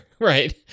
right